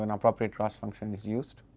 and appropriate classification is used,